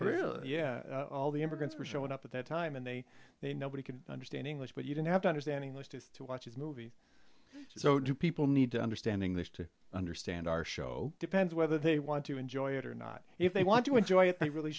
really yeah all the immigrants were showing up at that time and they nobody could understand english but you don't have to understand english to to watch a movie so do people need to understand english to understand our show depends whether they want to enjoy it or not if they want to enjoy it they really